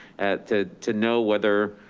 to to know whether